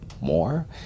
more